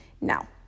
Now